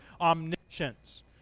omniscience